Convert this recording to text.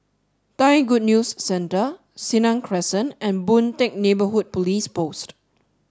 Thai Good News Centre Senang Crescent and Boon Teck Neighbourhood Police Post